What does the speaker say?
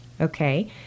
okay